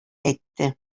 әйтте